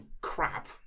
crap